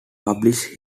published